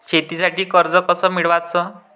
शेतीसाठी कर्ज कस मिळवाच?